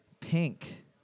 Pink